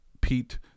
Pete